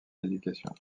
éducation